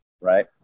right